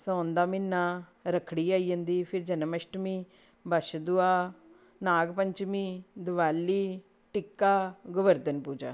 सौन दा म्हीना रक्खड़ी आई जन्दी फिर जन्माश्टमी बच्छ दुआ नाग पंचमी दिवाली टिक्का गोवर्धन पूजा